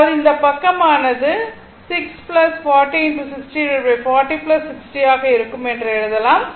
அதாவது இந்தப் பக்கமானது 640 60 ஆக இருக்கும் என்று எழுதலாம்